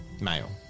Male